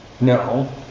No